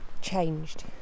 changed